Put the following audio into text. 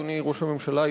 אדוני ראש הממשלה,